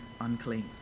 unclean